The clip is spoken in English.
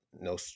no